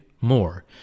more